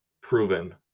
proven